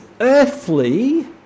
earthly